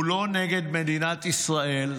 הוא לא נגד מדינת ישראל.